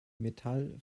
metall